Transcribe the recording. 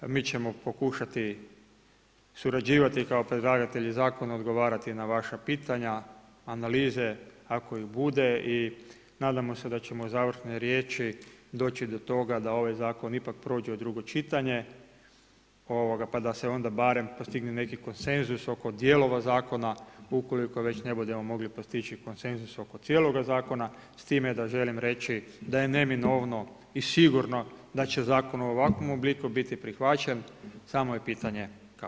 Mi ćemo pokušati surađivati kao predlagatelji zakona, odgovarati na vaša pitanja, analize ako ih bude i nadamo se da ćemo u završnoj riječi doći do toga da ovaj zakon ipak prođe u drugo čitanje pa da se onda barem postigne neki konsenzus oko dijelova zakona, ukoliko već ne budemo mogli postići konsenzus oko cijeloga zakona, s time da želim reći da je neminovno i sigurno da će zakon u ovakvom obliku biti prihvaćen, samo je pitanje kada.